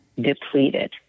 depleted